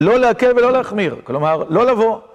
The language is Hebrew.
לא להקל ולא להחמיר, כלומר, לא לבוא.